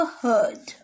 heard